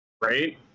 Right